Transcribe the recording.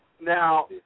Now